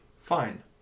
fine